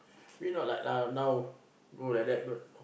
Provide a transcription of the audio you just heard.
we not like la~ now go like that